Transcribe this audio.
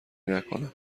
نکنم